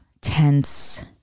tense